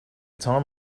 time